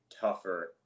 tougher